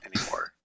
anymore